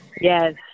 Yes